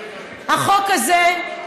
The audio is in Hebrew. החוק הזה,